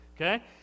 okay